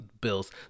Bills